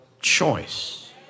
choice